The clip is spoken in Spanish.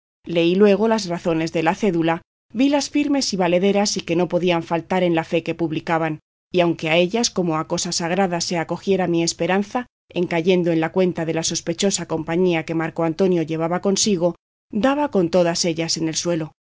leí luego las razones de la cédula vilas firmes y valederas y que no podían faltar en la fe que publicaban y aunque a ellas como a cosa sagrada se acogiera mi esperanza en cayendo en la cuenta de la sospechosa compañía que marco antonio llevaba consigo daba con todas ellas en el suelo